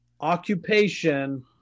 Occupation